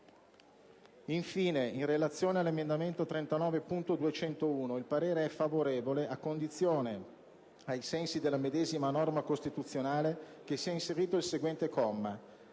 Infine, in relazione all'emendamento 39.201 il parere è favorevole, a condizione, ai sensi della medesima norma costituzionale, che sia inserito il seguente comma: